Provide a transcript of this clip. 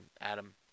Adam